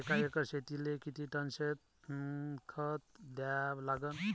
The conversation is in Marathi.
एका एकर शेतीले किती टन शेन खत द्या लागन?